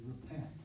repent